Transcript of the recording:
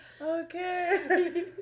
okay